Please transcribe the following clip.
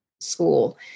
School